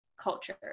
culture